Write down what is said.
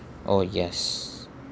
oh yes